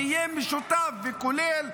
שיהיה משותף וכולל,